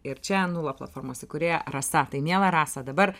ir čia nula platformos įkūrėja rasa tai miela rasa dabar